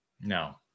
No